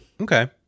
Okay